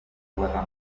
guerra